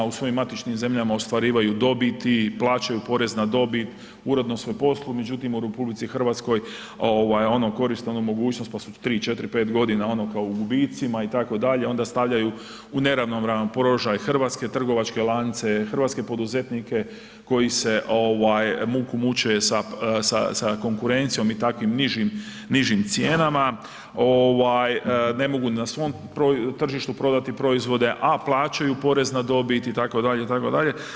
U svojim matičnim zemljama ostvarivaju dobiti, plaćaju porez na dobit uredno u svojem poslu međutim u RH ovaj koriste onu mogućnost pa 3, 4, 5 godina ono kao u gubicima itd., onda stavljaju u neravnopravan položaj hrvatske trgovačke lance, hrvatske poduzetnike koji se ovaj muku muče sa konkurencijom i takvim nižim, nižim cijenama, ovaj ne mogu na svom tržištu prodati proizvode a plaćaju porez na dobit itd., itd.